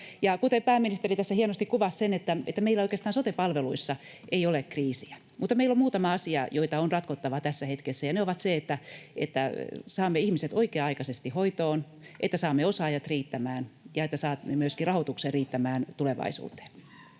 Kuten pääministeri tässä hienosti kuvasi, meillä oikeastaan sote-palveluissa ei ole kriisiä, mutta meillä on muutama asia, joita on ratkottava tässä hetkessä, ja ne ovat se, että saamme ihmiset oikea-aikaisesti hoitoon, että saamme osaajat riittämään ja että saamme myöskin rahoituksen riittämään tulevaisuuteen.